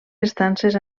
estances